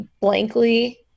blankly